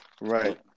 Right